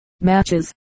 matches